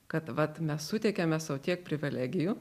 kad vat mes suteikiame sau tiek privelegijų